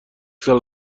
سال